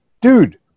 dude